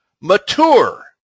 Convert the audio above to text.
mature